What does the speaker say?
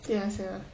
ya sia